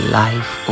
life